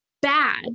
bad